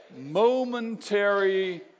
momentary